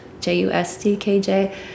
J-U-S-T-K-J